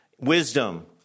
wisdom